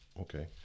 okay